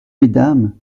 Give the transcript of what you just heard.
mesdames